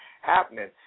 happening